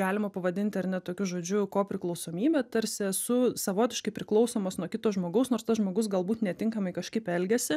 galima pavadinti ar ne tokiu žodžiu kopriklausomybė tarsi esu savotiškai priklausomas nuo kito žmogaus nors tas žmogus galbūt netinkamai kažkaip elgiasi